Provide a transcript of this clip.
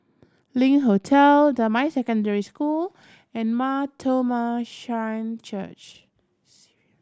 Link Hotel Damai Secondary School and Mar Thoma Syrian Church